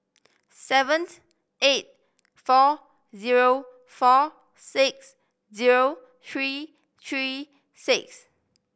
seven eight four zero four six zero three three six